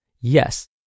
Yes